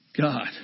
God